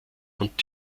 und